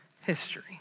history